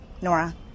Nora